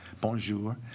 Bonjour